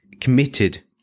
committed